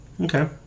okay